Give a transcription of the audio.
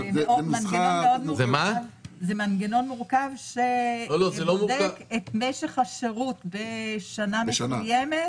זה מנגנון מורכב שבודק את משך השירות בשנה מסוימת